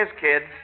Kids